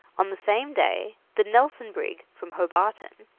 on the same day the nelson brig, from hobarton,